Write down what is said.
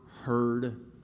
heard